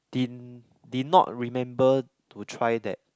din did not remember to try that